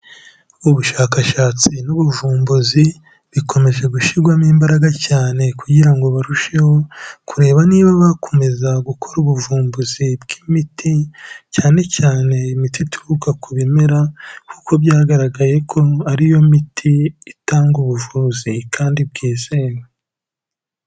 Ubushakashatsi n'ubuvumbuzi, bikomeje gushyirwamo imbaraga cyane, kugira ngo barusheho kureba niba bakomeza gukora ubuvumbuzi bw'imiti, cyane cyane imiti ituruka ku bimera, kuko byagaragaye ko ari yo miti itanga ubuvuzi kandi bwizewe.